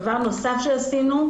דבר נוסף שעשינו,